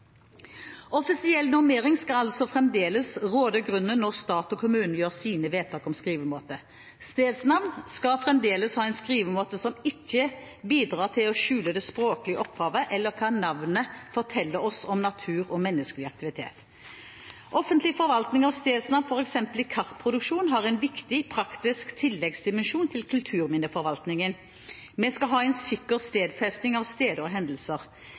Offisiell normering skal altså fremdeles råde grunnen når stat og kommune gjør sine vedtak om skrivemåte. Stedsnavn skal fremdeles ha en skrivemåte som ikke bidrar til å skjule det språklige opphavet eller hva navnet forteller oss om natur og menneskelig aktivitet. Offentlig forvaltning av stedsnavn, f.eks. i kartproduksjon, har en viktig, praktisk tilleggsdimensjon til kulturminneforvaltningen. Vi skal ha en sikker stedfesting av steder og hendelser.